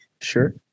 Sure